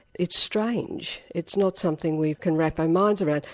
it's strange, it's not something we can wrap our minds around.